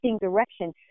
direction